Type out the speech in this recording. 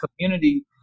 community